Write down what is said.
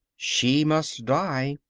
she must die,